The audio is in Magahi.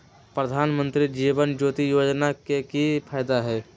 प्रधानमंत्री जीवन ज्योति योजना के की फायदा हई?